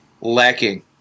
lacking